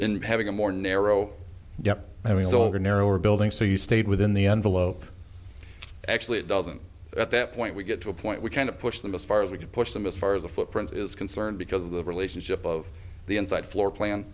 in having a more narrow yeah i mean the older narrower building so you stayed within the envelope actually it doesn't at that point we get to a point we kind of pushed them as far as we could push them as far as the footprint is concerned because of the relationship of the inside floor